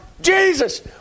Jesus